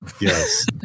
Yes